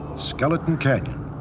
skeleton canyon.